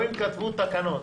או אם כתבו תקנות